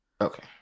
Okay